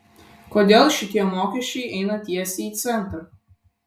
kodėl šitie mokesčiai eina tiesiai į centrą